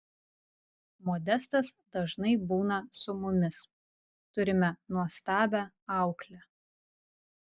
modestas dažnai būna su mumis turime nuostabią auklę